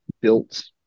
built